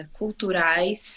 culturais